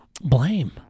Blame